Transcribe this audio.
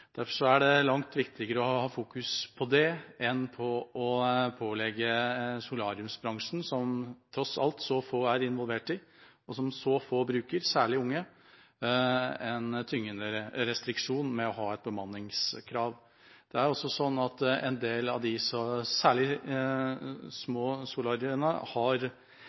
Derfor er det langt viktigere å fokusere på det enn på å pålegge solariebransjen, som tross alt så få er involvert i, og som så få bruker – det er særlig unge – en tyngende restriksjon ved å ha et bemanningskrav. Det er også sånn at særlig en del av de små solariene har